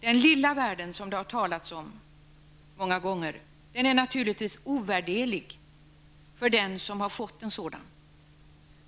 Den lilla världen, som det har talats om många gånger, är naturligtvis ovärderlig för den som har fått en sådan.